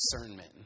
discernment